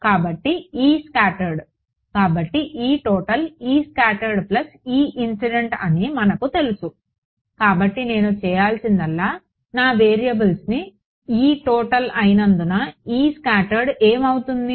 కాబట్టి E scattered కాబట్టి E total E scattered plus E incident అని మనకు తెలుసు కాబట్టి నేను చేయాల్సిందల్లా నా వేరియబుల్ని E టోటల్ అయినందున E స్కాట్టర్డ్ ఏం అవుతుంది